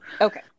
Okay